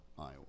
iowa